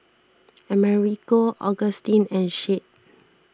Americo Augustin and Shade